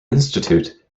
institute